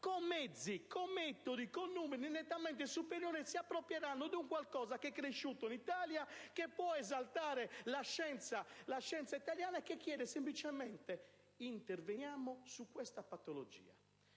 di mezzi, metodi e numeri nettamente superiori, si approprieranno di un qualcosa che è cresciuto in Italia, che può esaltare la scienza italiana, che chiede semplicemente di intervenire su tale patologia.